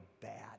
bad